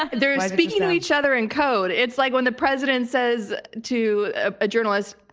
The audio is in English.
and they're speaking to each other in code. it's like when the president says to a journalist,